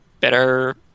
better